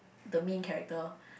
the main character